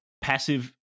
Passive